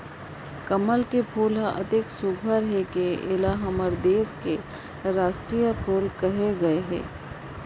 कमल के फूल ह अतेक सुग्घर हे कि एला हमर देस के रास्टीय फूल कहे गए हे